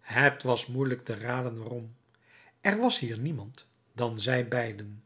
het was moeielijk te raden waarom er was hier niemand dan zij beiden